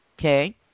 okay